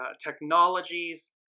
technologies